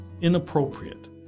inappropriate